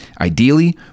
Ideally